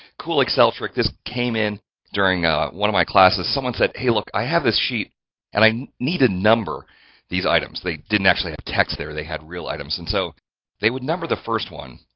cool excel trick this came in during one of my classes. someone said, hey, look, i have this sheet and i need to number these items. they didn't actually have text there, they had real items. and so they would number the first one,